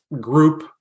group